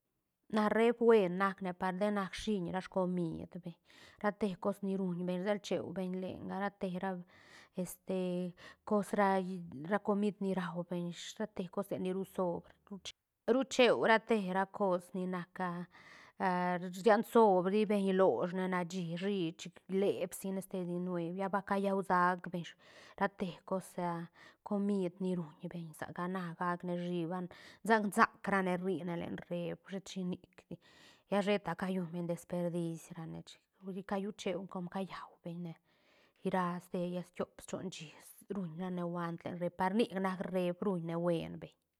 Na reef buen nac ne par ten nac shiiñ ra scomid beñ ra te cos ni ruñ beñ rsel cheubeñ lenga rate rap este cos ra ra comid ni raubeñ ish ra te cose ni ru soob ruche- rucheo ra te ra cos ni nac riañ soob ti beñ hioloshne nashi shi chic lieb sine stedi nuev lla va callau sac beñ rate cos comid ni ruñ beñ saca na gacne shi va sac sac ra ne rri ne len reef shet shinicdi lla sheta ca llunbeñ desperdish ra ne chic callucheu com callau beñ ne ría ste tiop chon shí ruñ rane guant len reef par nic nac reef ruñ ne buen beñ.